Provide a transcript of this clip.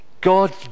God